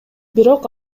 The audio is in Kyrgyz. бирок